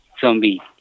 Zombie